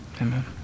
Amen